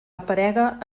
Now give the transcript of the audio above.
aparega